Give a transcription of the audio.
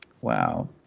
Wow